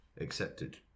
accepted